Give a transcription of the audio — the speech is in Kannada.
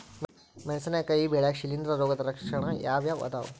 ಮೆಣಸಿನಕಾಯಿ ಬೆಳ್ಯಾಗ್ ಶಿಲೇಂಧ್ರ ರೋಗದ ಲಕ್ಷಣ ಯಾವ್ಯಾವ್ ಅದಾವ್?